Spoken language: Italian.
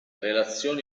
relazioni